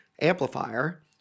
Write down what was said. amplifier